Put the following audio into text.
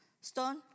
stone